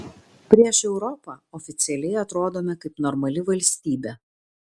prieš europą oficialiai atrodome kaip normali valstybė